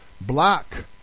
Block